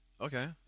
Okay